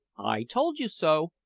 i told you so!